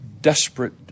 desperate